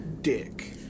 dick